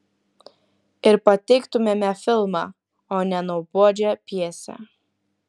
ir pateiktumėme filmą o ne nuobodžią pjesę